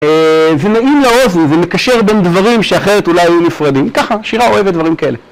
זה נעים לאוזן, זה מקשר בין דברים שאחרת אולי היו מפרדים, ככה, שירה אוהבת דברים כאלה